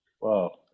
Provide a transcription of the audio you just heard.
Wow